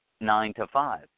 nine-to-five